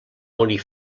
morir